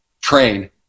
train